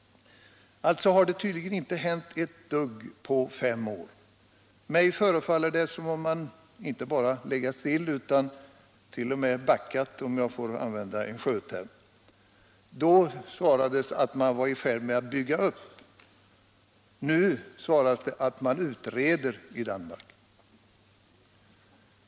Alltså har det tydligen inte hänt ett dugg på fem år. Mig förefaller det som om man inte bara legat stilla utan t.o.m. backat, om jag får använda en sjöterm. Då svarades det att man varit i färd med att bygga upp. Nu svaras det att man utreder i Danmark.